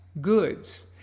goods